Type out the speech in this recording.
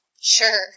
Sure